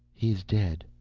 he is dead.